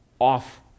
off